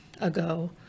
ago